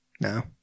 No